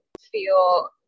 feel